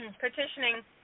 petitioning